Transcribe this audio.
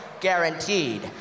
guaranteed